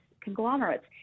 conglomerates